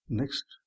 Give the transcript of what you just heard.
next